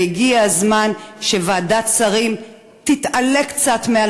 והגיע הזמן שוועדת שרים תתעלה קצת מעל